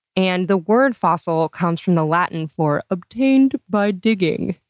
and the world fossil comes from the latin for, obtained by digging,